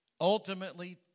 ultimately